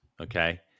Okay